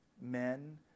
men